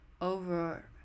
over